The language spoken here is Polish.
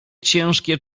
ciężkie